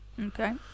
Okay